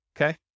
Okay